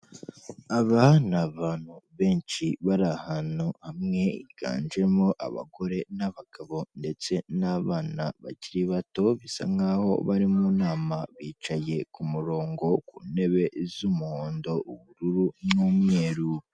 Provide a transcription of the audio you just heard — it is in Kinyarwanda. Abani abantu benshi bari ahantu hamwe higanjemo abagore n'abagabo ndetse na'bana bakiri bato, bisa nk'aho aho bari mu nama bicaye kumurongo ku ntebe z'umuhondo, ubururu n'umweru.